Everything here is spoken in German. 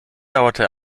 dauerte